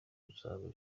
umuzamu